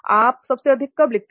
आप सबसे अधिक कब लिखते हैं